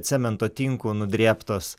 cemento tinku nudrėbtos